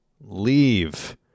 leave